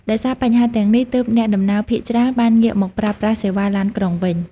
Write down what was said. ដោយសារបញ្ហាទាំងនេះ ទើបអ្នកដំណើរភាគច្រើនបានងាកមកប្រើប្រាស់សេវាឡានក្រុងវិញ។